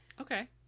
Okay